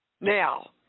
Now